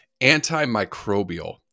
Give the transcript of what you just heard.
antimicrobial